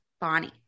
bonnie